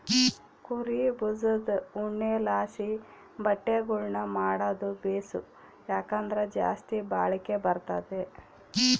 ಕುರೀ ಬುಜದ್ ಉಣ್ಣೆಲಾಸಿ ಬಟ್ಟೆಗುಳ್ನ ಮಾಡಾದು ಬೇಸು, ಯಾಕಂದ್ರ ಜಾಸ್ತಿ ಬಾಳಿಕೆ ಬರ್ತತೆ